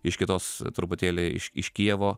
iš kitos truputėlį iš iš kijevo